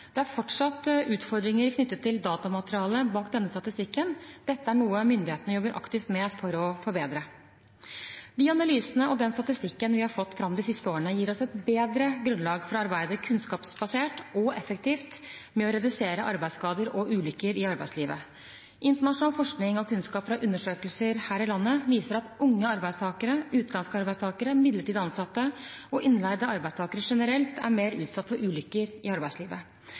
Det er fortsatt utfordringer knyttet til datamaterialet bak denne statistikken. Dette er noe myndighetene jobber aktivt med for å forbedre. De analysene og den statistikken vi har fått fram de siste årene, gir oss et bedre grunnlag for å arbeide kunnskapsbasert og effektivt med å redusere arbeidsskader og ulykker i arbeidslivet. Internasjonal forskning og kunnskap fra undersøkelser her i landet viser at unge arbeidstakere, utenlandske arbeidstakere, midlertidig ansatte og innleide arbeidstakere generelt er mer utsatt for ulykker i arbeidslivet.